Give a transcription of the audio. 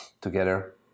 together